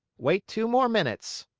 wait two more minutes.